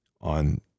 on